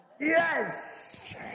Yes